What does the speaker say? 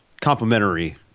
complementary